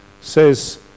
says